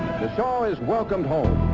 the shah is welcome home.